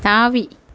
தாவி